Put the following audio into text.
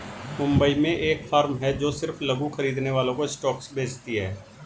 मुंबई में एक फार्म है जो सिर्फ लघु खरीदने वालों को स्टॉक्स बेचती है